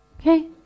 Okay